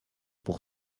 pour